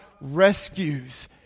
rescues